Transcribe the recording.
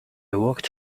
worked